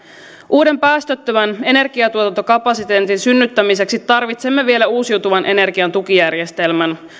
uuden päästöttömän energiantuotantokapasiteetin synnyttämiseksi tarvitsemme vielä uusiutuvan energian tukijärjestelmän